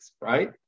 right